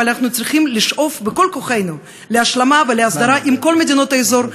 אבל אנחנו צריכים לשאוף בכל כוחנו להשלמה ולהסדרה עם כל מדינות האזור,